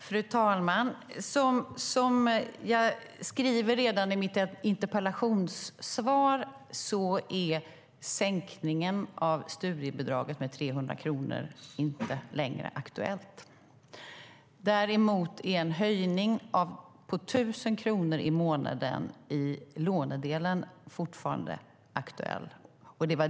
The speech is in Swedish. Fru talman! Som jag skriver i mitt interpellationssvar är en sänkning av studiebidraget med 300 kronor inte längre aktuell. Däremot är en höjning med 1 000 kronor i månaden i lånedelen fortfarande aktuell.